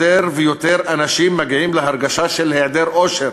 יותר ויותר אנשים מגיעים להרגשה של היעדר אושר,